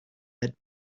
that